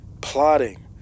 plotting